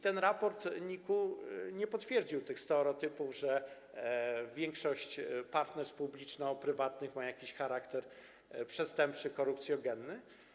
Ten raport NIK-u nie potwierdził tych stereotypów, że większość partnerstw publiczno-prywatnych ma jakiś charakter przestępczy, korupcjogenny.